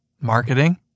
marketing